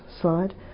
slide